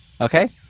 Okay